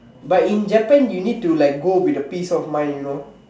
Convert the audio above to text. but in Japan you need to like go with a peace of mind you know